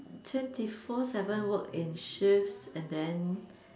twenty four seven work in shifts and then